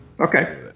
Okay